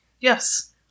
yes